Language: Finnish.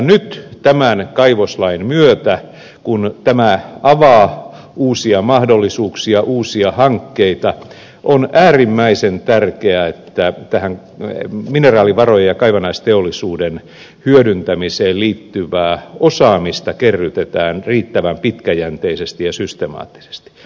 nyt tämän kaivoslain myötä kun tämä avaa uusia mahdollisuuksia uusia hankkeita on äärimmäisen tärkeää että mineraalivarojen ja kaivannaisteollisuuden hyödyntämiseen liittyvää osaamista kerrytetään riittävän pitkäjänteisesti ja systemaattisesti